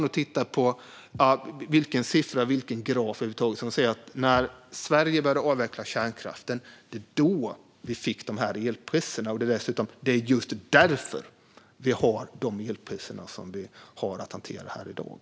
Oavsett vilken siffra eller graf man än tittar på ser man att när Sverige började avveckla kärnkraften fick vi dessa elpriser. Det är dessutom just därför vi har de elpriser vi har i dag.